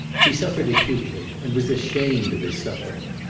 he suffered acutely and was ashamed of his suffering.